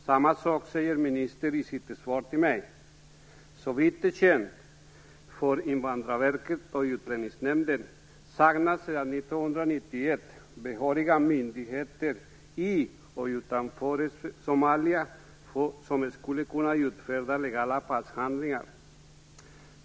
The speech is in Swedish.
Samma sak säger ministern i sitt svar till mig. Såvitt är känt för Invandrarverket och Utlänningsnämnden saknas sedan 1991 behöriga myndigheter i och utanför Somalia som skulle kunna utfärda legala passhandlingar.